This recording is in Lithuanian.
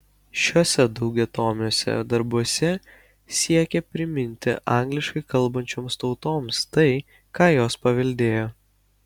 šiuose daugiatomiuose darbuose siekė priminti angliškai kalbančioms tautoms tai ką jos paveldėjo